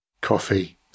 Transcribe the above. Coffee